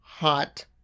hot